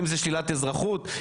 אם זה שלילת אזרחות,